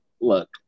look